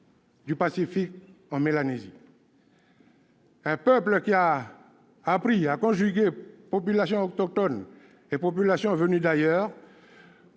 du Pacifique en Mélanésie. Un peuple qui a appris à conjuguer populations autochtones et populations venues d'ailleurs.